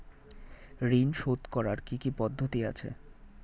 ঋন শোধ করার কি কি পদ্ধতি আছে?